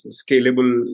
scalable